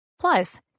Plus